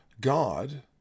God